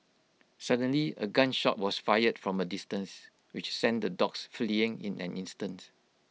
suddenly A gun shot was fired from A distance which sent the dogs fleeing in an instant